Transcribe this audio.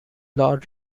law